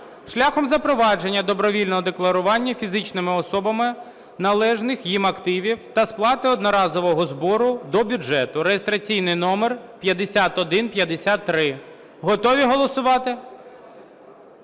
шляхом запровадження добровільного декларування фізичними особами належних їм активів та сплати одноразового збору до бюджету (реєстраційний номер 5153). Готові голосувати?